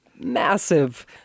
Massive